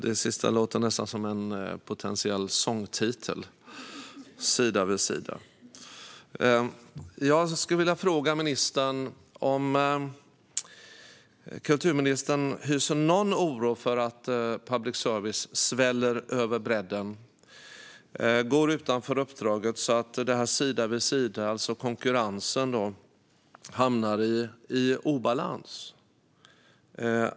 Det sista låter nästan som en potentiell sångtitel - sida vid sida. Hyser kulturministern någon oro för att public service sväller över brädden och går utanför uppdraget så att detta med sida vid sida, konkurrensen, hamnar i obalans?